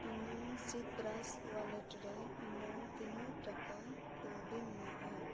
ᱤᱧᱟᱹᱜ ᱥᱤᱛᱨᱟᱥ ᱳᱭᱟᱞᱮᱴ ᱨᱮ ᱤᱧᱟᱹᱜ ᱛᱤᱱᱟᱹᱜ ᱴᱟᱠᱟ ᱠᱟᱹᱣᱰᱤ ᱢᱮᱱᱟᱜᱼᱟ